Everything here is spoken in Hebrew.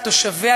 על תושביה,